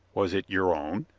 was it your own?